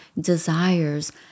desires